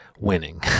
Winning